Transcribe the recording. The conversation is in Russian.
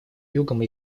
югом